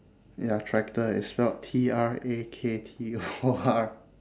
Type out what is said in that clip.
ya tractor is spelled T R A K T O R